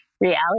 reality